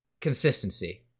consistency